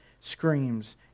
screams